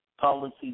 Policy